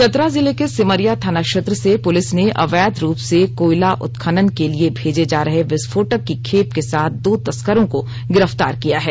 चतरा जिले के सिमरिया थाना क्षेत्र से पुलिस ने अवैध रूप से कोयला उत्खनन के लिए भेजे जा रहे विस्फोटक की खेप के साथ दो तस्करों को गिरफ्तार किया है